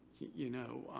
you know,